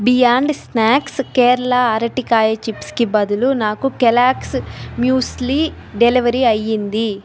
beyond snacks Kerala అరటికాయ chips కి బదులు నాకు కెలాగ్స్ మ్యూస్లీ డెలివరి అయ్యింది